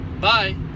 Bye